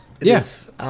Yes